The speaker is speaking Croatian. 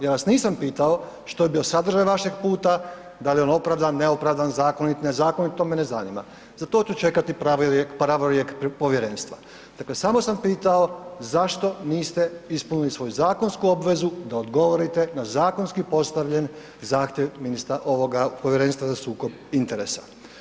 Ja vas nisam pitao što je bio sadržaj vašeg puta, da li je on opravdan, neopravdan, zakonit, nezakonit to me ne zanima, za to ću čekati pravorijek povjerenstva, dakle samo sam pitao zašto niste ispunili svoju zakonsku obvezu da odgovorite na zakonski postavljen zahtjev Povjerenstva za sukob interesa.